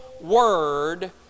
word